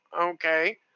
okay